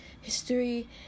history